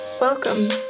welcome